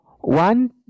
One